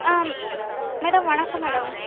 ஆ madam வணக்கம் madam